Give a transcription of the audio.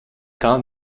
temps